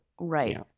right